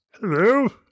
Hello